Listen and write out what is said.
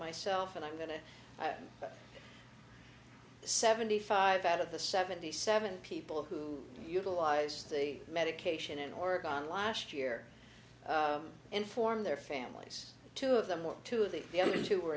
myself and i'm going to seventy five out of the seventy seven people who utilize the medication in oregon last year inform their families two of them or two of the the others who were